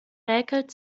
räkelt